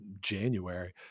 january